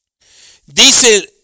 dice